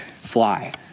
fly